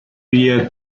year